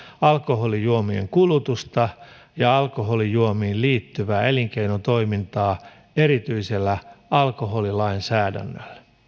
alkoholijuomien kulutusta ja alkoholijuomiin liittyvää elinkeinotoimintaa erityisellä alkoholilainsäädännöllä